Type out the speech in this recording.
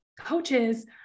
coaches